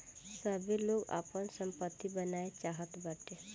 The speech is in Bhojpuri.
सबै लोग आपन सम्पत्ति बनाए चाहत बाटे